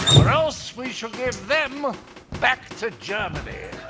or else we shall give them back to germany.